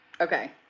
Okay